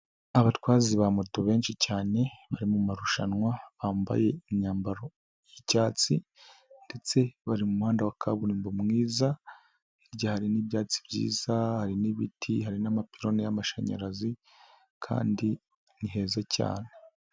Abatwazi ba moto benshi cyane bari mu marushanwa bambaye imyambaro y'icyatsi, ndetse bari mu muhanda wa kaburimbo mwiza, hirya hari n'ibyatsi byiza hari n'ibiti hari n'amapironi y'amashanyarazi kandi ni heza cyane.